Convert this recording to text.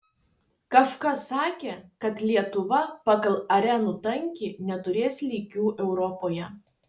kažkas sakė kad lietuva pagal arenų tankį neturės lygių europoje